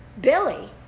Billy